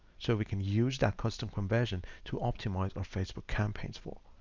so we can use that custom conversion to optimize our facebook campaigns for.